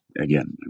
again